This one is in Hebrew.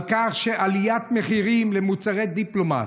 על עליית מחירים למוצרי דיפלומט.